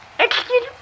Excuse